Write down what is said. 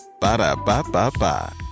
Ba-da-ba-ba-ba